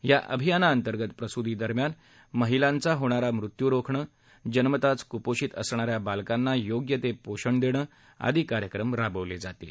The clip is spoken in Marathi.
या अभियानाअंतर्गंत प्रसूती दरम्यान महिलांचा होणारा मृत्यू रोखणं जन्मतःच कुपोषित असणाऱ्या बालकांना योग्य ते पोषण देणं आदी कार्यक्रम राबवले जाणार आहेत